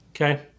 Okay